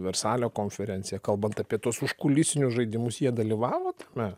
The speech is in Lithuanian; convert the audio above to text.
versalio konferenciją kalbant apie tuos užkulisinius žaidimus jie dalyvavo tame